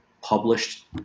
published